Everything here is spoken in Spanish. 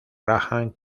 graham